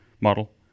model